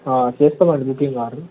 చేస్తామండి బుకింగ్